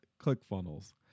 ClickFunnels